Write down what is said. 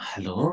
Hello